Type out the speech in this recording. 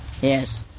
yes